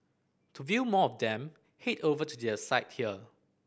to view more of them head over to their site here